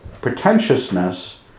Pretentiousness